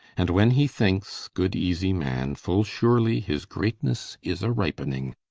and when he thinkes, good easie man, full surely his greatnesse is a ripening,